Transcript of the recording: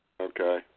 Okay